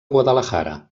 guadalajara